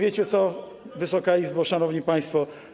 I wiecie, co, Wysoka Izbo, szanowni państwo?